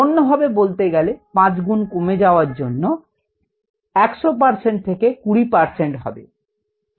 অন্যভাবে বলতে গেলে পাঁচগুণ কমে যাওয়ার জন্য 100 পার্সেন্ট থেকে 20 পার্সেন্ট হবে